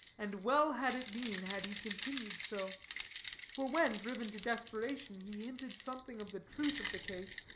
and well had it been had he continued so for when, driven to desperation, he hinted something of the truth of the case,